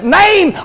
name